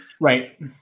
Right